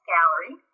Gallery